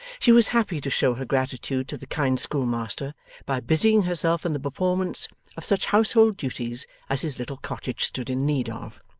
she was happy to show her gratitude to the kind schoolmaster by busying herself in the performance of such household duties as his little cottage stood in need of.